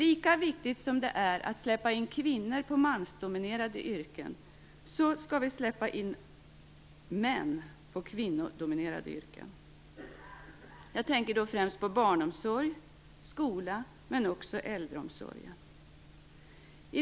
Lika viktigt som det är att släppa in kvinnor på mansdominerade yrken är det att släppa in män på kvinnodominerade yrken. Jag tänker främst på barnomsorg och skola men också äldreomsorg.